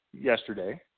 yesterday